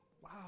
Wow